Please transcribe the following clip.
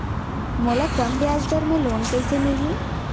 मोला कम ब्याजदर में लोन कइसे मिलही?